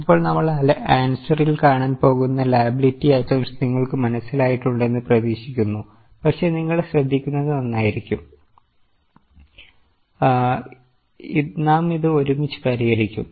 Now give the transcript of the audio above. ഇപ്പോൾ നമ്മൾ അൻസറിൽ കാണാൻ പോകുന്ന ലാബിലിറ്റി ഐറ്റെംസ് നിങ്ങൾ മനസ്സിലാക്കിയിട്ടുണ്ടെന്ന് പ്രതീക്ഷിക്കുന്നു പക്ഷേ നിങ്ങൾ ശ്രദ്ധിക്കുന്നത് നന്നായിരിക്കും നാം ഇത് ഒരുമിച്ച് പരിഹരിക്കും